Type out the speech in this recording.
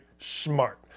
smart